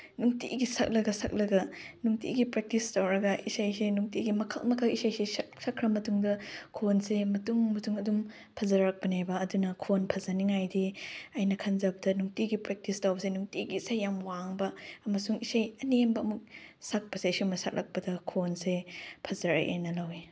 ꯅꯨꯡꯇꯤꯒꯤ ꯁꯛꯂꯒ ꯁꯛꯂꯒ ꯅꯨꯡꯇꯤꯒꯤ ꯄ꯭ꯔꯦꯛꯇꯤꯁ ꯇꯧꯔꯒ ꯏꯁꯩꯁꯦ ꯅꯨꯡꯇꯤꯒꯤ ꯃꯈꯜ ꯃꯈꯜ ꯏꯁꯩꯁꯦ ꯁꯛꯈ꯭ꯔ ꯃꯇꯨꯡꯗ ꯈꯣꯟꯁꯦ ꯃꯇꯨꯡ ꯃꯇꯨꯡ ꯑꯗꯨꯝ ꯐꯖꯔꯛꯄꯅꯦꯕ ꯑꯗꯨꯅ ꯈꯣꯟ ꯐꯖꯅꯤꯡꯉꯥꯏꯗꯤ ꯑꯩꯅ ꯈꯟꯖꯕꯗ ꯅꯨꯡꯇꯤꯒꯤ ꯄ꯭ꯔꯦꯛꯇꯤꯁ ꯇꯧꯕꯁꯦ ꯅꯨꯡꯇꯤꯒꯤ ꯏꯁꯩ ꯌꯥꯝ ꯋꯥꯡꯕ ꯑꯃꯁꯨꯡ ꯏꯁꯩ ꯑꯅꯦꯝꯕ ꯑꯃꯨꯛ ꯁꯛꯄꯁꯦ ꯁꯨꯝꯕ ꯁꯛꯂꯛꯄꯗ ꯈꯣꯟꯁꯦ ꯐꯖꯔꯛꯑꯦꯅ ꯂꯧꯋꯤ